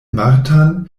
martan